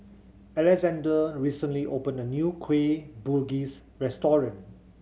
Alexander recently opened a new Kueh Bugis restaurant